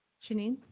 shanine.